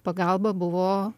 pagalba buvo